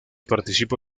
participó